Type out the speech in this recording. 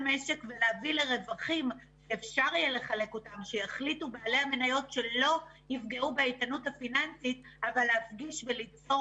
אנחנו אפילו לא נדרשים היום לעשות שומות בדברים האלה ולהילחם